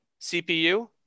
CPU